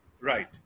Right